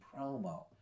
promo